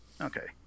Okay